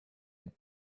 had